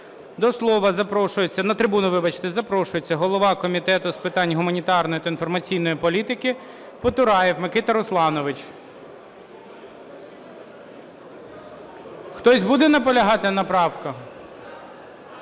4107). На трибуну запрошується голова Комітету з питань гуманітарної та інформаційної політики Потураєв Микита Русланович. Хтось буде наполягати на правках?